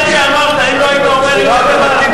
נצביע על סעיף 14 כהצעת הוועדה ובנוסחה.